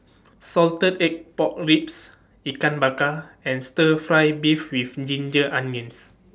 Salted Egg Pork Ribs Ikan Bakar and Stir Fry Beef with Ginger Onions